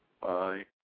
Bye